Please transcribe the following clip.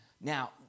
Now